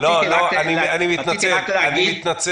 רציתי רק להגיד